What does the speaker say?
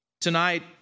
Tonight